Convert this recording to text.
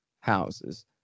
houses